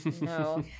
no